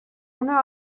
una